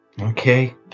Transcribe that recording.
Okay